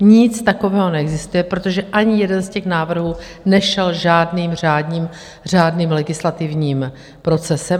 Nic takového neexistuje, protože ani jeden z těch návrhů nešel žádným řádným legislativním procesem.